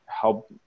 help